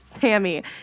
Sammy